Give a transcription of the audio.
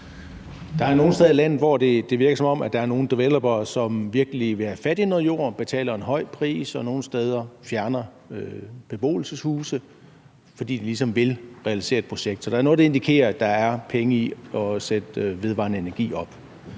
Der er nogle steder i landet, hvor det virker, som om der er nogle developere, som virkelig vil have fat i noget jord og betaler en høj pris og nogle steder fjerner beboelseshuse, fordi de ligesom vil realisere et projekt. Så der er noget, der indikerer, at der er penge i atsætte vedvarende energi op.